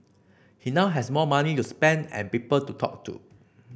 he now has more money to spend and people to talk to